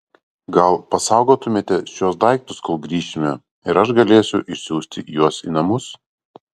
gal pasaugotumėte šiuos daiktus kol grįšime ir aš galėsiu išsiųsti juos į namus